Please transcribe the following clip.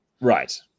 Right